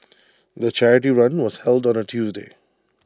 the charity run was held on A Tuesday